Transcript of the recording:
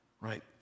Right